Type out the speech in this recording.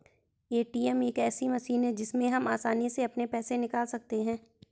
ATM एक ऐसी machine है जिससे हम आसानी से अपने पैसे निकाल सकते हैं